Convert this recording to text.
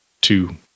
two